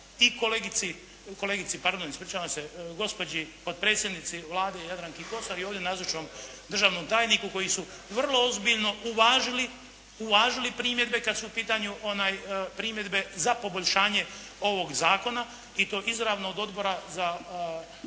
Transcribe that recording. i kolegici, kolegici, pardon, ispričavam se, gospođi potpredsjednici Vlade Jadranki Kosor i ovdje nazočnom državnom tajniku koji su vrlo ozbiljno uvažili, uvažili primjedbe kada su pitanju primjedbe za poboljšanje ovoga Zakona i to izravno od Odbora za